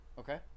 Okay